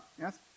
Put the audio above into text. Yes